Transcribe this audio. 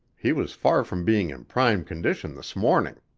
he was far from being in prime condition this morning.